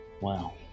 Wow